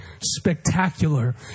spectacular